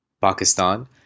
Pakistan